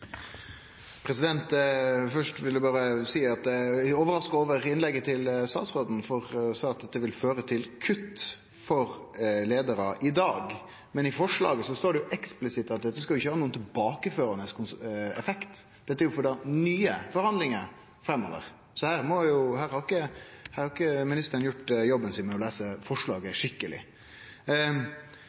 Først vil eg berre seie at eg er overraska over innlegget til statsråden, for ho sa at dette vil føre til kutt for leiarar i dag, men i forslaget står det eksplisitt at dette ikkje skal ha nokon tilbakeførande effekt. Dette er da for nye forhandlingar framover, så her har ikkje ministeren gjort jobben sin med å lese forslaget skikkeleg.